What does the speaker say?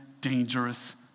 dangerous